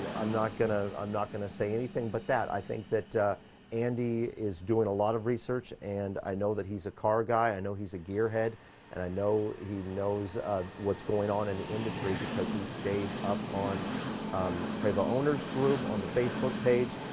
ah i'm not gonna. i'm not going to say anything, but that i think that andy is doing a lot of research and i know that he's a car guy, i and know he's a gearhead and i know he knows what's going on in the industry, because he stays up on prevost owner's group on the facebook page.